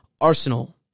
Arsenal